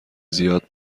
زیاد